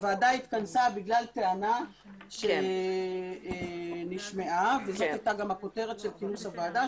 הוועדה התכנסה בגלל טענה שנשמעה וזאת הייתה גם הכותרת לכינוס הועדה,